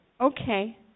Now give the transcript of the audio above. okay